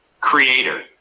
creator